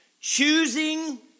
Choosing